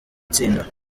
itsinda